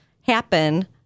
happen